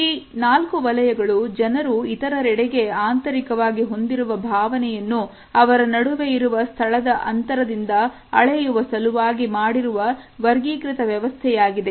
ಈ ನಾಲ್ಕು ವಲಯಗಳು ಜನರು ಇತರರೆಡೆಗೆ ಆಂತರಿಕವಾಗಿ ಹೊಂದಿರುವ ಭಾವನೆಯನ್ನು ಅವರ ನಡುವೆ ಇರುವ ಸ್ಥಳದ ಅಂತರದಿಂದ ಅಳೆಯುವ ಸಲುವಾಗಿ ಮಾಡಿರುವ ವರ್ಗೀಕೃತ ವ್ಯವಸ್ಥೆಯಾಗಿದೆ